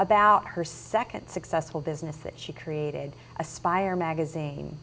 about her second successful business that she created aspire magazine